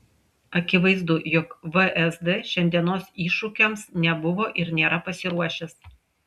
akivaizdu jog vsd šiandienos iššūkiams nebuvo ir nėra pasiruošęs